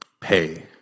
pay